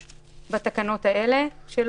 בתקנות האלה יש חידוש,